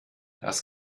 das